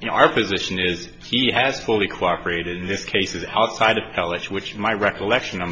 you know our position is he has fully cooperated in this case is outside of l h which my recollection i'm